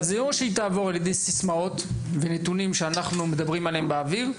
זה או שהיא תעבור על ידי סיסמאות ונתונים שאנחנו מדברים עליהם באוויר,